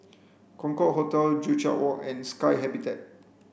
Concorde Hotel Joo Chiat Walk and Sky Habitat